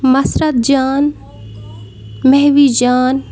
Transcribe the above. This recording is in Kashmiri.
مَسرَت جان مہوِش جان